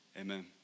Amen